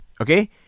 okay